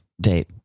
date